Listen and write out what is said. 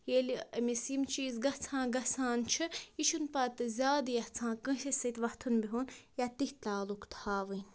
ییٚلہِ أمِس یِم چیٖز گژھان گژھان چھِ یہِ چھِنہٕ پَتہٕ زیادٕ یَژھان کٲنٛسے سۭتۍ وۄتھُن بِہُن یا تِتھۍ تعلُق تھاوٕنۍ